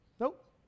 nope